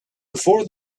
before